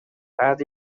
بعد